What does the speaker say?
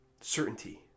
certainty